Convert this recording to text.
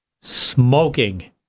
Smoking